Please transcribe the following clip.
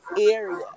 area